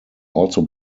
also